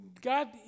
God